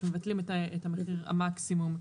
מבטלים את מחיר המקסימום,